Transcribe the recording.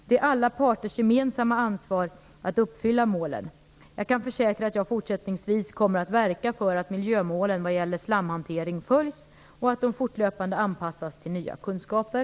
Det är alla parters gemensamma ansvar att uppfylla målen. Jag kan försäkra att jag fortsättningsvis kommer att verka för att miljömålen vad gäller slamhantering följs och att de fortlöpande anpassas till nya kunskaper.